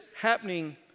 happening